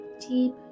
deep